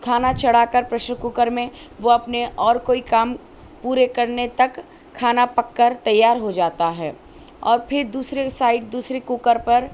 کھانا چڑھا کر پریشر کوکر میں وہ اپنے اور کوئی کام پورے کرنے تک کھانا پک کر تیار ہو جاتا ہے اور پھر دوسرے سائڈ دوسری کوکر پر